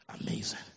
Amazing